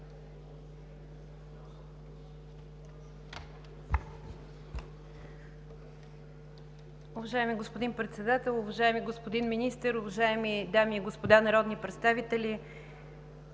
Уважаеми господин Председател, уважаеми господин Министър, уважаеми народни представители!